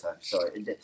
sorry